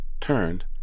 turned